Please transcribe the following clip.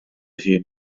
hun